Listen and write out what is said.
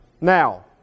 Now